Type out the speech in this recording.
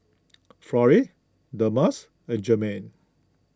Florrie Delmas and Jermain